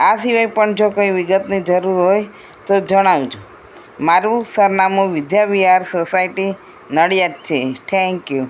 આ સિવાય પણ જો કોઈ વિગતની જરૂર હોય તો જણાવજો મારું સરનામું વિદ્યાવિહાર સોસાયટી નડિયાદ છે થેન્ક્યુ